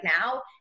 now